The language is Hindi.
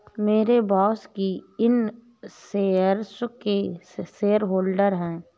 मेरे बॉस ही इन शेयर्स के शेयरहोल्डर हैं